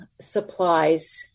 supplies